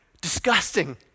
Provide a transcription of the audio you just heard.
disgusting